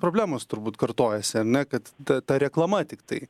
problemos turbūt kartojasiar ne kad ta ta reklama tiktai